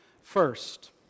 first